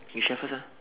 you share first ah